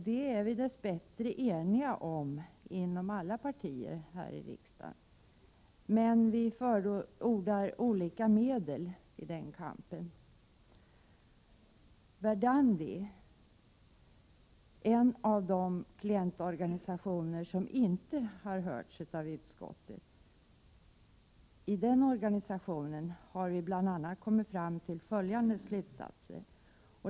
Det är vi dess bättre eniga om inom alla partier i riksdagen, men vi förordar olika medel i den kampen. I Verdandi— en av de klientorganisationer som inte hörts av utskottet — har vi bl.a. kommit fram till följande slutsatser.